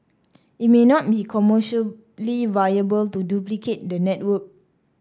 it may not be commercially viable to duplicate the network